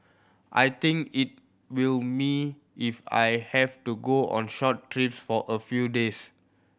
I think it will me if I have to go on short trips for a few days